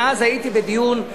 ואז הייתי בדיון,